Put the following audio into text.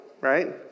right